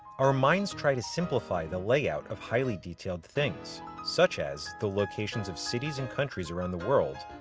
our minds try to simplify the layout of highly detailed things. such as, the locations of cities and countries around the world.